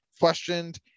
questioned